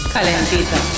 Calentita